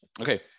Okay